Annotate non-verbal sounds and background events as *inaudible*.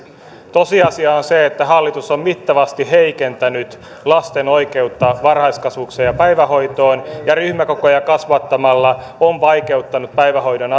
tosiasia on se että hallitus on mittavasti heikentänyt lasten oikeutta varhaiskasvatukseen ja päivähoitoon ja ryhmäkokoja kasvattamalla on vaikeuttanut päivähoidon *unintelligible*